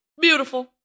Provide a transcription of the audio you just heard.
beautiful